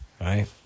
right